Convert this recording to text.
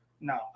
No